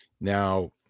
Now